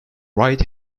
right